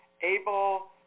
able